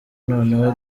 noneho